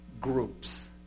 groups